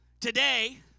Today